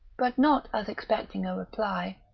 but not as expecting a reply,